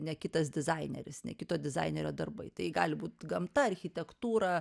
ne kitas dizaineris ne kito dizainerio darbai tai gali būt gamta architektūra